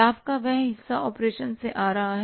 लाभ का वह हिस्सा ऑपरेशनसे आ रहा है